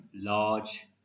large